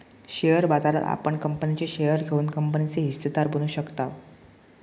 share बाजारात आपण कंपनीचे शेअर घेऊन कंपनीचे हिस्सेदार बनू शकताव